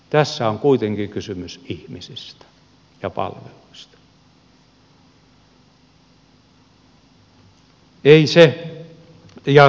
tässä on kuitenkin kysymys ihmisistä ja palveluista